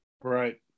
Right